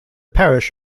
parish